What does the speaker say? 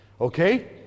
Okay